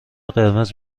قرمز